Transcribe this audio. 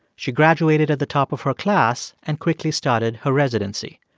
she graduated at the top of her class and quickly started her residency.